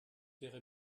wäre